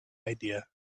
idea